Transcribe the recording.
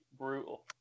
brutal